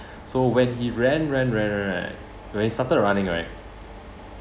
so when he ran ran ran ran ran when he started running right